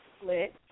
split